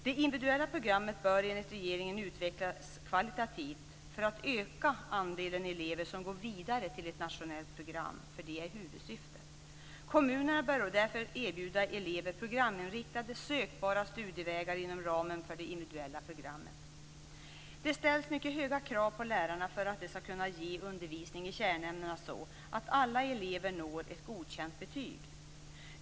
Det individuella programmet bör enligt regeringen utvecklas kvalitativt för att öka andelen elever som går vidare till ett nationellt program. Det är huvudsyftet. Kommunerna bör därför erbjuda elever programinriktade, sökbara studievägar inom ramen för det individuella programmet. Det ställs mycket höga krav på lärarna för att de skall kunna ge undervisning i kärnämnena så att alla elever når ett godkänt betyg.